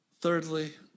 Thirdly